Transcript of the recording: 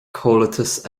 comhaltas